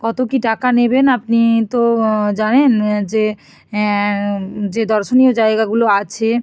কত কী টাকা নেবেন আপনি তো জানেন যে যে দর্শনীয় জায়গাগুলো আছে